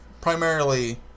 primarily